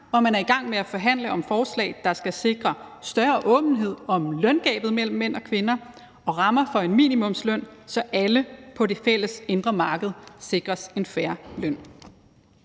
og man er i gang med at forhandle om forslag, der skal sikre større åbenhed om løngabet mellem mænd og kvinder og rammer for en minimumsløn, så alle på det fælles indre marked sikres en fair løn.